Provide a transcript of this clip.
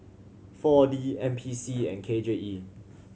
Four D N P C and K J E